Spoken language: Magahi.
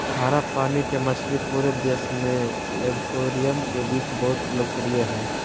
खारा पानी के मछली पूरे देश में एक्वेरियम के बीच बहुत लोकप्रिय हइ